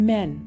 Men